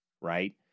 right